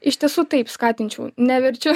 iš tiesų taip skatinčiau neverčiu